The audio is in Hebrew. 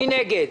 מי נגד?